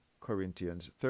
Corinthians